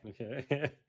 Okay